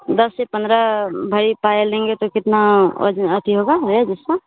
दस से पन्द्रह भरी पायल लेंगे तो कितना अथी होगा रेन्ज उसका